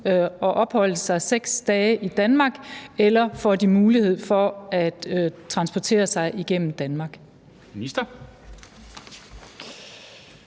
og opholde sig 6 dage i Danmark, eller får de mulighed for at transportere sig igennem Danmark?